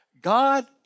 God